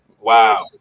Wow